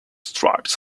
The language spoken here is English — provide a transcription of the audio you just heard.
stripes